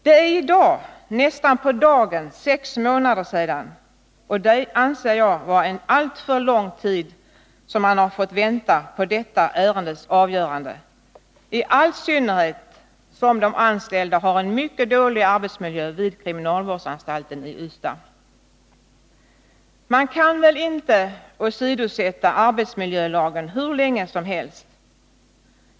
Det har nu gått nästan på dagen sex månader sedan dess, och jag anser att det är alltför lång tid som vi har fått vänta på detta ärendes avgörande, i all synnerhet som de anställda har en mycket dålig arbetsmiljö vid kriminalvårdsanstalten i Ystad. Man kan väl inte åsidosätta arbetsmiljölagen hur länge som helst.